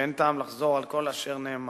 ואין טעם לחזור על כל אשר נאמר.